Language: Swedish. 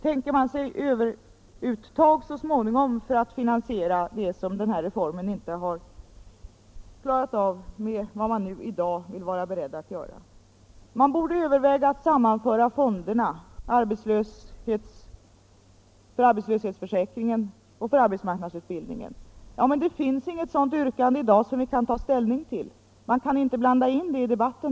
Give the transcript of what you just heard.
Tänker ni er överuttag så småningom för att finansiera det som den här reformen inte har klarat av? Man borde överväga att sammanföra fonderna för arbetslöshetsförsäk ringen och arbetsmarknadsutbildningen, säger herr Nilsson i Tvärålund. Nr 85 Men det finns inget sådant yrkande i dag som riksdagen kan ta ställning Onsdagen den till. Då kan man inte blanda in det i debatten.